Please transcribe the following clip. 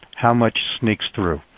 how much sneaks through?